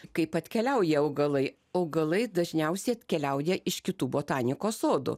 kaip atkeliauja augalai augalai dažniausiai atkeliauja iš kitų botanikos sodų